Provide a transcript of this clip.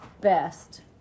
best